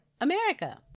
America